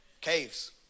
Caves